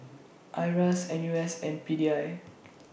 IRAS N U S and P D I